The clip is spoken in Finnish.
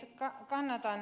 kannatan ed